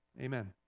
Amen